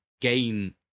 gain